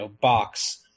box